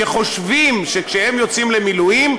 שחושבים שכשהם יוצאים למילואים,